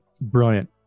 brilliant